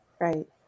Right